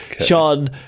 sean